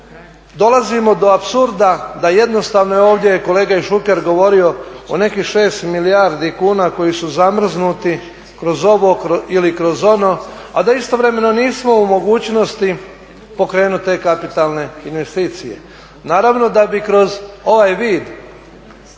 dolazimo do apsurda da jednostavno, i ovdje je kolega Šuker govorio o nekih 6 milijardi kuna koji su zamrznuti kroz ovo ili kroz ono a da istovremeno nismo u mogućnosti pokrenuti te kapitalne investicije. Naravno da bi kroz ovaj vid